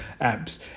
apps